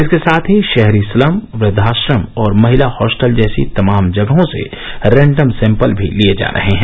इसके साथ ही शहरी स्लम वृद्वाश्रम और महिला हॉस्टल जैसी तमाम जगहों से रैंडम सैम्पल भी लिये जा रहे हैं